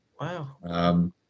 Wow